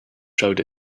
showed